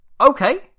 Okay